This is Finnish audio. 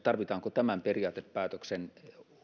tarvitaanko periaatepäätöksen